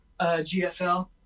GFL